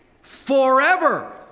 forever